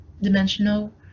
dimensional